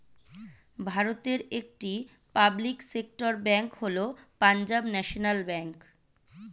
ভারতের একটি public sector bank হল পাঞ্জাব ন্যাশনাল ব্যাঙ্ক